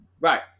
Right